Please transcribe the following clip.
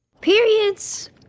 Periods